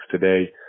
today